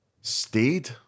stayed